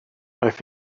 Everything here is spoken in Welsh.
aeth